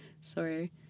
Sorry